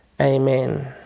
Amen